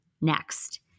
next